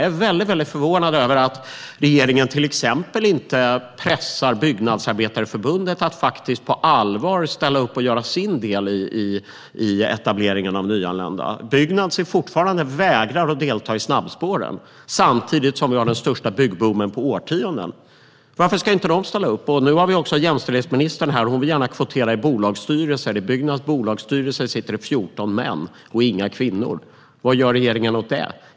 Jag är väldigt förvånad, herr talman, över att regeringen till exempel inte pressar Byggnadsarbetareförbundet att på allvar ställa upp och göra sin del i etableringen av nyanlända. Byggnads vägrar fortfarande att delta i snabbspåren samtidigt som vi har den största byggboomen på årtionden. Varför ställer inte de upp? Nu har vi förresten jämställdhetsministern här i kammaren. Hon vill gärna kvotera i bolagsstyrelser. I Byggnads styrelse sitter 14 män och inga kvinnor. Vad gör regeringen åt detta?